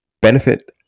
benefit